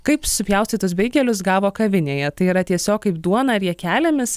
kaip supjaustytus beigelius gavo kavinėje tai yra tiesiog kaip duona riekelėmis